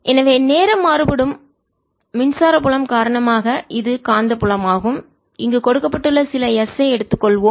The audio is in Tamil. எனவே நேரம் மாறுபடும் மின்சார புலம் காரணமாக இது காந்தப்புலமாகும் இங்கு கொடுக்கப்பட்டுள்ள சில S ஐ எடுத்துக்கொள்வோம்